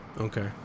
okay